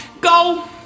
Go